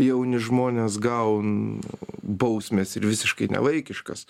jauni žmonės gaun bausmes ir visiškai nevaikiškas